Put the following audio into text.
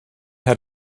had